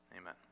amen